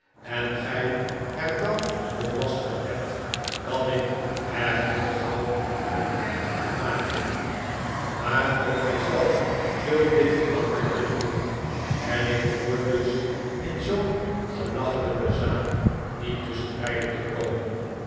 en gij er dan nog last van hebt kan ik er heel gauw een einde aan maken maar ook gij zelf zult dit gemakkelijk kunnen doen en ik behoor dus in zoo'n belachelijke zaak niet tusschenbeide te komen